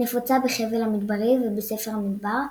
נפוצה בחבל המדברי ובספר המדבר,